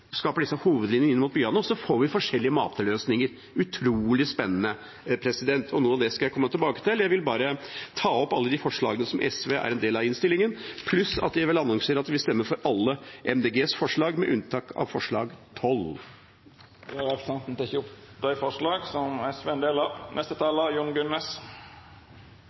skaper disse hovedlinjene inn mot byene, og så får vi forskjellige mateløsninger – utrolig spennende, og det skal jeg komme tilbake til. Jeg vil ta opp de forslagene som SV har i innstillinga, pluss at jeg vil annonsere at vi stemmer for alle forslagene fra Miljøpartiet De Grønne, med unntak av forslag nr. 12. Representanten Arne Nævra har teke opp dei forslaga han refererte til. Jeg synes overskriften på forslaget til Miljøpartiet De Grønne, «moderne bevegelsesfrihet gjennom redusert biltrafikk», er